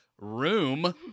room